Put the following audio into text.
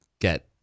get